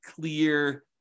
clear